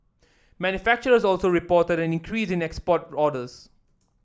manufacturers also reported an increase in export orders